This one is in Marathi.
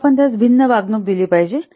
तर आपण त्यास भिन्न वागणूक दिली पाहिजे